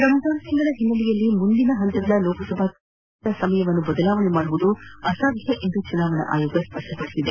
ರಂಜಾನ್ ತಿಂಗಳ ಹಿನ್ನೆಲೆಯಲ್ಲಿ ಮುಂದಿನ ಹಂತಗಳ ಲೋಕಸಭಾ ಚುನಾವಣೆಯಲ್ಲಿ ಮತೆದಾನದ ಸಮಯ ಬದಲಾವಣೆ ಮಾಡುವುದು ಅಸಾಧ್ಯ ಎಂದು ಚುನಾವಣಾ ಆಯೋಗ ಸ್ಪ ಷ್ವ ಪದಿಸಿದೆ